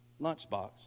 lunchbox